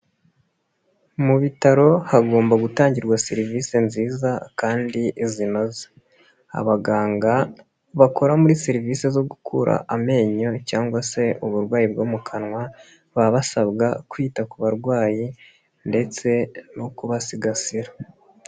Mu bitaro hagomba gutangirwa serivisi nziza kandi zinoze, abaganga bakora muri serivisi zo gukura amenyo cyangwa se uburwayi bwo mu kanwa, baba basabwa kwita ku barwayi ndetse no kubasigasira.